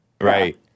Right